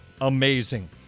amazing